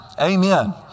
amen